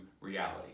reality